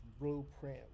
blueprint